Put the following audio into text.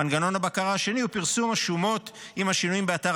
מנגנון הבקרה השני הוא פרסום השומות עם השינויים באתר